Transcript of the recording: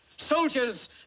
Soldiers